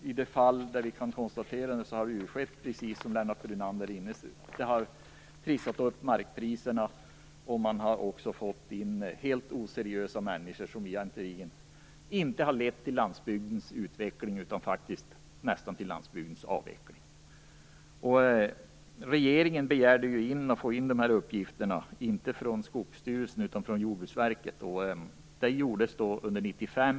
I de fall där vi kan konstatera att detta har skett, har det gått precis som Lennart Brunander var inne på. Markpriserna har trissats upp och man har också fått in helt oseriösa människor. Detta har egentligen inte lett till landsbygdens utveckling utan faktiskt till landsbygdens avveckling. Regeringen begärde att få in uppgifter, inte från Skogsstyrelsen utan från Jordbruksverket. Det skedde under 1995.